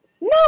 No